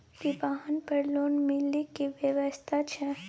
की वाहन पर लोन मिले के व्यवस्था छै?